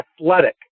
athletic